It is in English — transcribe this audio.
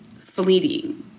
fleeting